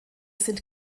sind